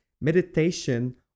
meditation